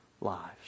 lives